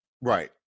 Right